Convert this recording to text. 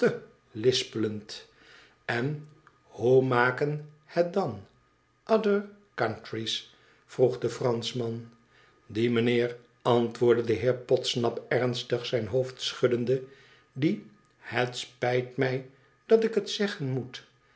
lispelend n hoe maken het dan other countries vroeg de franschman die mijnheer antwoordde de heer podsnap ernstig zijn hoofd schuddeode die het spijt mij dat ik het zeggen moet